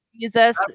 Jesus